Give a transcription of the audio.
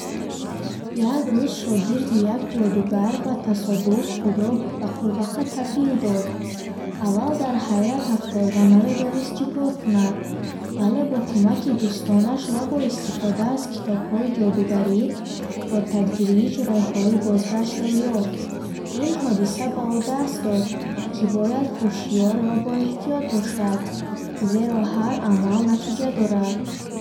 Як рӯз шогирди як ҷодугар ба тасодуф худро ба қурбоқа табдил дод. Аввал дар ҳайрат афтод ва намедонист чӣ кор кунад, вале бо кӯмаки дӯстонаш ва бо истифода аз китобҳои ҷодугарӣ, ба тадриҷ роҳҳои бозгаштро ёфт. Ин ҳодиса ба ӯ дарс дод, ки бояд ҳушёр ва боэҳтиёт бошад, зеро ҳар амал натиҷа дорад.